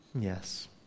Yes